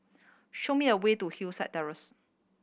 show me a way to Hillside Terrace